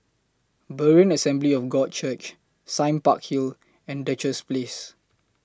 Berean Assembly of God Church Sime Park Hill and Duchess Place